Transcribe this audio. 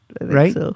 Right